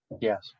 Yes